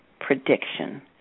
prediction